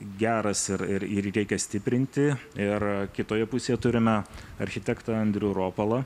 geras ir ir jį reikia stiprinti ir kitoje pusėje turime architektą andrių ropalą